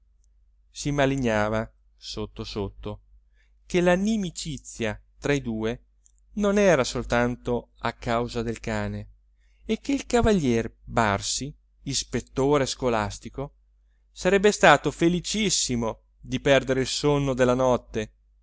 si malignava sotto sotto che la nimicizia tra i due non era soltanto a causa del cane e che il cavalier barsi ispettore scolastico sarebbe stato felicissimo di perdere il sonno della notte